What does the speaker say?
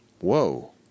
Whoa